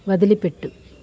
వదిలిపెట్టు